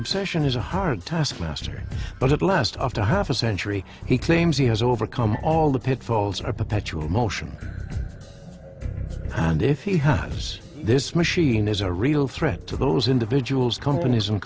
obsession is a hard taskmaster but at last after half a century he claims he has overcome all the pitfalls are perpetual motion and if he has this machine is a real threat to those individuals companies and